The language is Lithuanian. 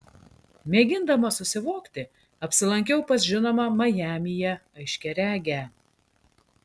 mėgindama susivokti apsilankiau pas žinomą majamyje aiškiaregę